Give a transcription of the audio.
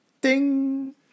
ding